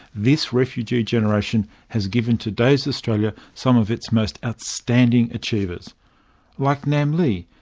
this refugee generation has given today's australia some of its most outstanding achievers like nam le,